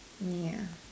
me ah